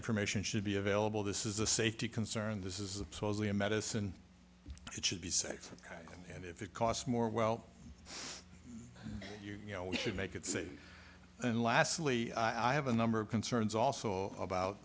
information should be available this is a safety concern this is supposedly a medicine it should be safe and if it costs more well you know we should make it safe and lastly i have a number of concerns also about